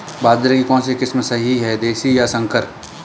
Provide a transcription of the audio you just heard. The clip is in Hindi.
बाजरे की कौनसी किस्म सही हैं देशी या संकर?